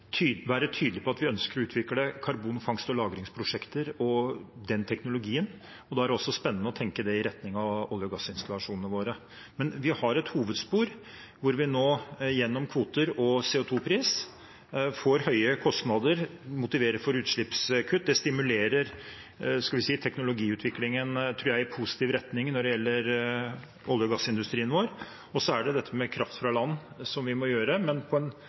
utvikle karbonfangst- og -lagringsprosjekter og den teknologien, og da er det også spennende å tenke det i retning av olje- og gassinstallasjonene våre. Men vi har et hovedspor hvor vi nå, gjennom kvoter og CO 2 -pris, får høye kostnader som motiverer for utslippskutt, og som jeg tror stimulerer teknologiutviklingen i positiv retning når det gjelder olje- og gassindustrien vår. Så er det dette med kraft fra land som vi må gjøre, men på en